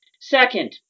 Second